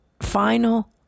final